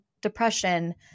depression